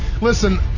Listen